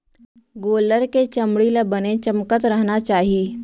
गोल्लर के चमड़ी ल बने चमकत रहना चाही